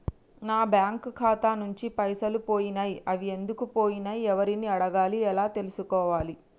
నా బ్యాంకు ఖాతా నుంచి పైసలు పోయినయ్ అవి ఎందుకు పోయినయ్ ఎవరిని అడగాలి ఎలా తెలుసుకోవాలి?